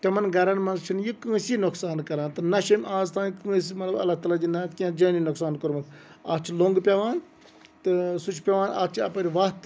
تِمَن گَرَن منٛز چھِنہٕ یہِ کٲنٛسی نۄقصان کَران تہٕ نہ چھِ أمۍ اَز تانۍ کٲنٛسہِ مطلب اللہ تعالیٰ دِیِن نجات کینٛہہ جٲنی نۄقصان کوٚرمُت اَتھ چھِ لنٛگ پیٚوان تہٕ سُہ چھُ پیٚوان اَتھ چھِ اَپٲرۍ وَتھ